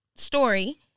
story